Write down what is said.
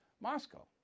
Moscow